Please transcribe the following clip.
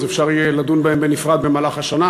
אז אפשר יהיה לדון בהם בנפרד במהלך השנה,